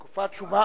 תקופת שומה,